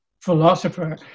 philosopher